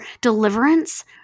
deliverance